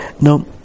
Now